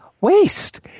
waste